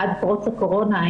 עד פרוץ הקורונה,